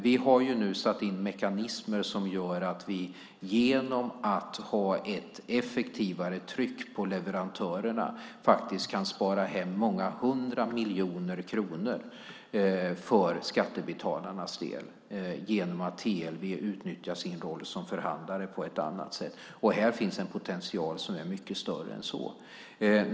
Vi har satt in mekanismer som gör att vi genom att ha ett effektivare tryck på leverantörerna kan spara in många hundra miljoner kronor för skattebetalarnas del genom att TLV utnyttjar sin roll som förhandlare på ett annat sätt. Här finns en potential som är mycket större än så.